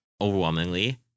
overwhelmingly